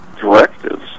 directives